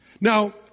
Now